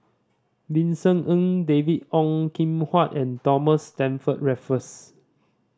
Vincent Ng David Ong Kim Huat and Thomas Stamford Raffles